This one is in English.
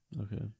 Okay